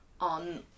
on